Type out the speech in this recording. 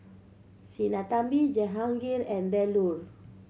Sinnathamby Jehangirr and Bellur